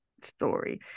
story